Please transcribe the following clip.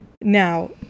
now